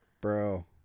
Bro